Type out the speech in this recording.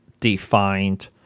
defined